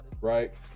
Right